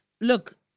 Look